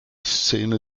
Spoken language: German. szene